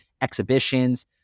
exhibitions